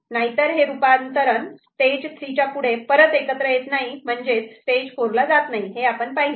नाहीतर हे रूपांतरण स्टेज 3 च्या पुढे परत एकत्र येत नाही म्हणजेच स्टेज 4 ला जात नाही हे आपण पाहिले